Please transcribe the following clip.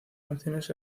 canciones